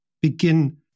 begin